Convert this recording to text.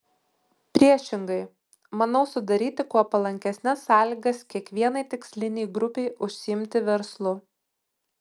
priešingai manau sudaryti kuo palankesnes sąlygas kiekvienai tikslinei grupei užsiimti verslu